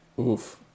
Oof